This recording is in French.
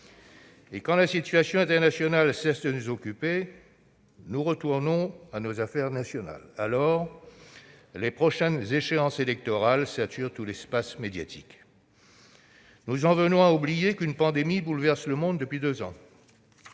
Quand la situation internationale cesse de nous occuper, nous en revenons à nos affaires nationales. Alors, les prochaines échéances électorales saturent tout l'espace médiatique. Nous en arrivons à oublier qu'une pandémie bouleverse le monde depuis deux ans.